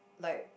like